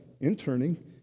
interning